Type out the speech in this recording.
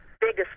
biggest